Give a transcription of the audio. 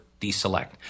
deselect